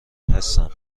هستم